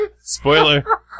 spoiler